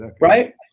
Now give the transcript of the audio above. Right